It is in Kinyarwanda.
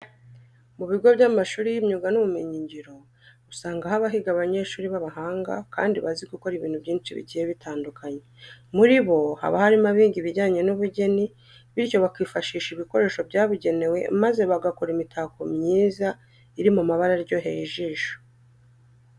Mu bigo by'amashuri y'imyuga n'ubumenyingiro usanga haba higa abanyeshuri b'abahanga kandi bazi gukora ibintu byinshi bigiye bitandukanye. Muri bo haba harimo abiga ibijyanye n'ubugeni bityo bakifashisha ibikoresho byabugenewe maze bagakora imitako myiza iri mu mabara aryoheye ijisho.